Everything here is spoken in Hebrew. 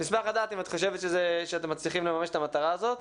נשמח לדעת אם את חושבת שאתם מצליחים לממש את המטרה הזאת.